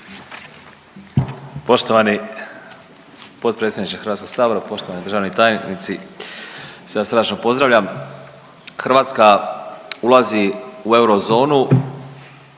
Poštovani potpredsjedniče Hrvatskog sabora, poštovani državni tajnici sve vas srdačno pozdravljam. Hrvatska ulazi u eurozonu